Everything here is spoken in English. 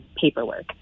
paperwork